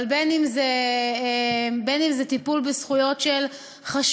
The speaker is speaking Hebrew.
אבל בין אם זה טיפול בזכויות של חשודים,